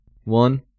One